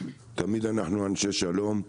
אנחנו תמיד אנשי שלום.